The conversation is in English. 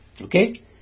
Okay